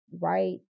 right